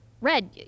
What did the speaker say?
Red